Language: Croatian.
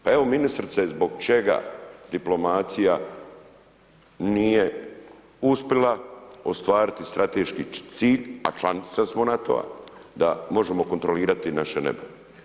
Pa evo ministrice zbog čega diplomacija nije uspila ostvariti strateški cilj, a članica smo NATO-a da možemo kontrolirati naše nebo?